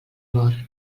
mor